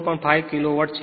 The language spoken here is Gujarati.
5 કિલો વોટ છે